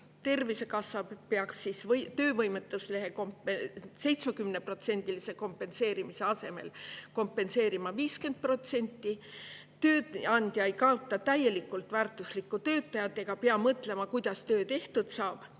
Tervisekassa peaks töövõimetuslehe 70%-lise kompenseerimise asemel kompenseerima 50%, tööandja ei kaotaks täielikult väärtuslikku töötajat ega peaks mõtlema, kuidas töö tehtud saab,